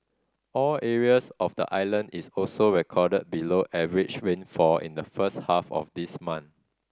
all areas of the island is also recorded below average rainfall in the first half of this month